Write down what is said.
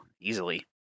easily